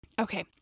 Okay